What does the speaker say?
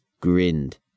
grinned